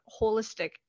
holistic